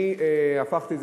אני הפכתי את זה,